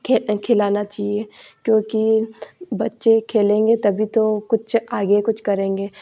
खे खिलाना चाहिए क्योंकि बच्चे खेलेंगे तभी तो कुछ आगे कुछ करेंगे